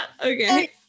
okay